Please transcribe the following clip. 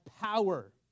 power